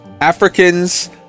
Africans